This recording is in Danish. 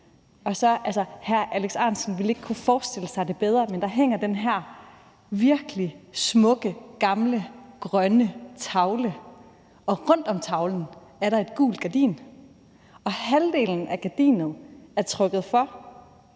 Hr. Alex Ahrendtsen vil ikke kunne forestille sig det bedre, for der hænger den her virkelig smukke, gamle grønne tavle, og rundt om tavlen er der et gult gardin, og halvdelen af gardinet er trukket for,